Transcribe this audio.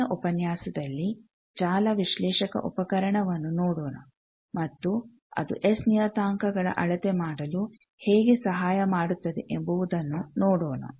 ಮುಂದಿನ ಉಪನ್ಯಾಸದಲ್ಲಿ ಜಾಲ ವಿಶ್ಲೇಷಕ ಉಪಕರಣವನ್ನು ನೋಡೋಣ ಮತ್ತು ಅದು ಎಸ್ ನಿಯತಾಂಕಗಳ ಅಳತೆಮಾಡಲು ಹೇಗೆ ಸಹಾಯ ಮಾಡುತ್ತದೆ ಎಂಬುವುದನ್ನು ನೋಡೋಣ